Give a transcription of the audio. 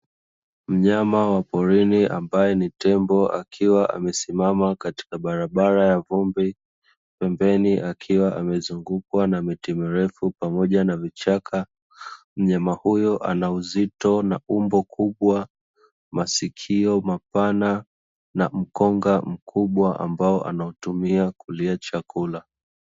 Mnyama wa porini ambaye ni tembo akiwa amesimama katika barabara ya vumbi, pembeni akiwa amezungukwa na miti mirefu pamoja na vichaka. Mnyama huyo ana uzito na umbo kubwa, masikio mapana na mkonga mkubwa ambao unatumika kulia chakula.